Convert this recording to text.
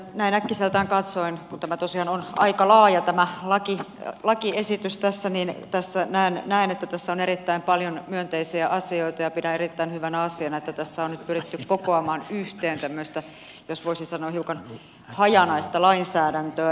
näin äkkiseltään katsoen kun tämä lakiesitys tosiaan on aika laaja tämä laki ja lakiesitys tässä minä tässä näin ei näen että tässä on erittäin paljon myönteisiä asioita ja pidän erittäin hyvänä asiana että tässä on nyt pyritty kokoamaan yhteen tämmöistä jos voisi sanoa hiukan hajanaista lainsäädäntöä